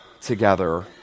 together